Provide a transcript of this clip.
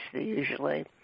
usually